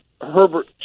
Herbert